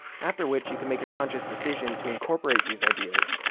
after which you can make a conscious decision to incorporate these ideas.